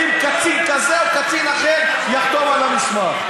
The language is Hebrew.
האם קצין כזה או קצין אחר יחתום על המסמך.